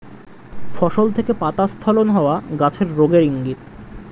ফসল থেকে পাতা স্খলন হওয়া গাছের রোগের ইংগিত